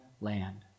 land